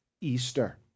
Easter